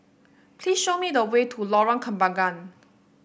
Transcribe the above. please show me the way to Lorong Kembagan